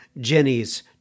Jenny's